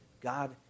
God